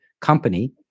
company